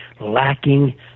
lacking